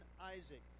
Isaac